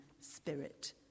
spirit